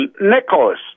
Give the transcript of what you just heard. Nicholas